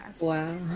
wow